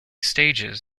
stages